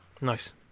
nice